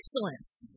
excellence